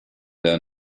der